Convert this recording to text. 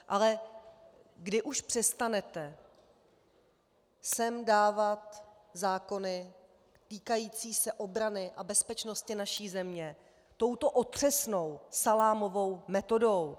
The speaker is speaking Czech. Ale kdy už sem přestanete dávat zákony týkající se obrany a bezpečnosti naší země touto otřesnou salámovou metodou?